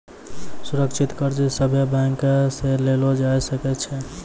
सुरक्षित कर्ज सभे बैंक से लेलो जाय सकै छै